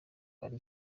muri